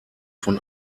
von